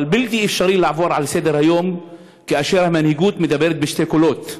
אבל בלתי אפשרי לעבור לסדר-היום כאשר המנהיגות מדברת בשני קולות,